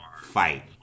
fight